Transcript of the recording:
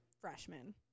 freshman